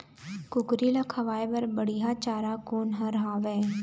कुकरी ला खवाए बर बढीया चारा कोन हर हावे?